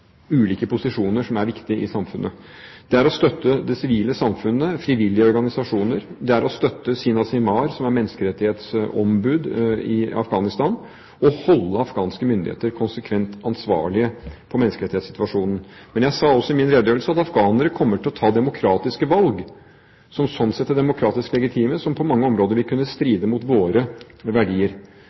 ulike posisjoner som er viktige i samfunnet. Det er å støtte det sivile samfunnet, frivillige organisasjoner, det er å støtte Sima Simar som er menneskerettighetsombud i Afghanistan, og holde afghanske myndigheter konsekvent ansvarlige for menneskerettighetssituasjonen. Jeg sa også i min redegjørelse at afghanere kommer til å ta demokratiske valg, som slik sett er demokratisk legitime, men som på mange områder vil kunne stride mot våre verdier.